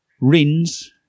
Rins